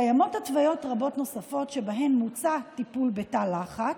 קיימות התוויות רבות נוספות שבהן מוצע טיפול בתא לחץ,